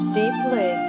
deeply